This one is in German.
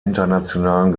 internationalen